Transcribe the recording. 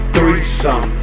Threesome